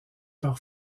par